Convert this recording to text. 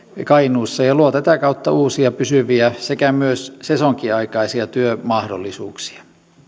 kainuussa ja luo tätä kautta uusia pysyviä sekä myös sesonkiaikaisia työmahdollisuuksia